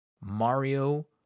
Mario